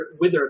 wither